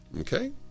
Okay